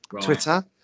Twitter